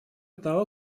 того